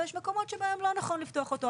ויש מקומות שבהם לא נכון לפתוח אותו.